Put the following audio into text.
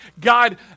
God